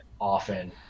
often